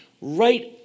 right